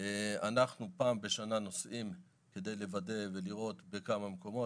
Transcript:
אנחנו פעם בשנה נוסעים כדי לוודא ולראות בכמה מקומות.